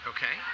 Okay